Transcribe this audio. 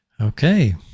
Okay